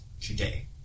today